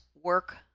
work